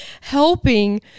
helping